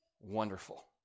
Wonderful